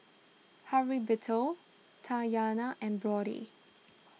Heriberto Tatyana and Brody